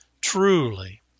Truly